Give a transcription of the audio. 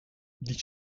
die